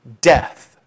death